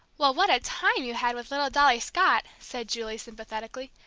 well, what a time you had with little dolly scott! said julie, sympathetically.